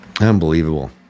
unbelievable